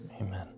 Amen